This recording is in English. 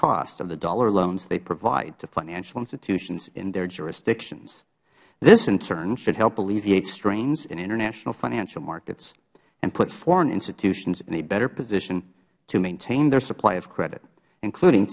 cost of the dollar loans they provide to financial institutions in their jurisdictions this in turn should help alleviate strains in international financial markets and put foreign institutions in a better position to maintain their supply of credit including